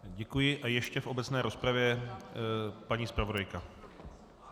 Děkuji a ještě v obecné rozpravě paní zpravodajka.